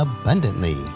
abundantly